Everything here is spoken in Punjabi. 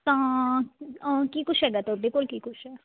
ਤਾਂ ਕੀ ਕੁਛ ਹੈਗਾ ਤੁਹਾਡੇ ਕੋਲ ਕੀ ਕੁਛ ਹੈ